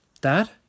Dad